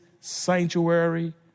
sanctuary